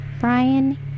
Brian